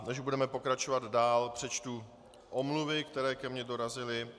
Než budeme pokračovat dál, přečtu omluvy, které ke mně dorazily.